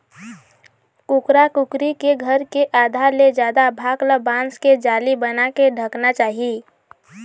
कुकरा कुकरी के घर के आधा ले जादा भाग ल बांस के जाली बनाके ढंकना चाही